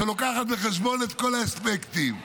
שלוקחת בחשבון את כל האספקטים.